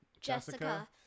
Jessica